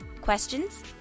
Questions